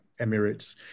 Emirates